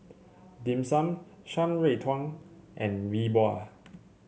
Dim Sum Shan Rui Tang and Yi Bua